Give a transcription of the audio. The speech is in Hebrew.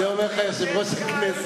זה אומר לך יושב-ראש הכנסת.